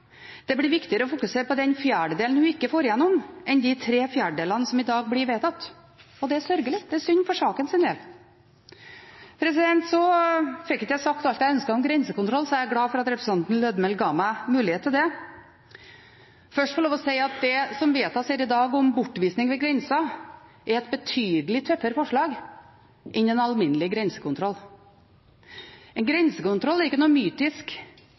Det blir viktigere å fokusere på den fjerdedelen hun ikke får igjennom, enn på de tre fjerdedelene som i dag blir vedtatt. Det er sørgelig, det er synd for sakens del. Jeg fikk ikke sagt alt jeg ønsket om grensekontroll, så jeg er glad for at representanten Lødemel ga meg mulighet til det. Først vil jeg si at det forslaget som vedtas her i dag, om bortvisning ved grensen, er betydelig tøffere enn den alminnelige grensekontroll. En grensekontroll er ikke noe mytisk,